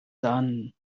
done